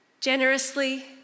generously